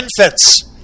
infants